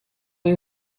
این